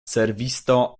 servisto